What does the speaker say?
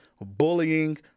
bullying